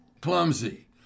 Clumsy